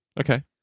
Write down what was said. Okay